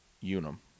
unum